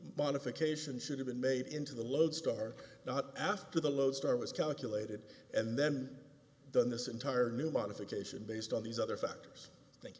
modification should have been made into the lodestar not after the lodestar was calculated and then done this entire new modification based on these other factors